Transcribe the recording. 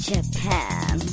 Japan